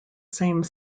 same